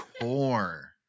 core